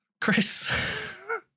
Chris